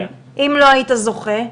אם לא היית זוכה?